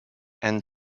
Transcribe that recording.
and